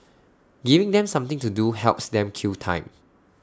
giving them something to do helps them kill time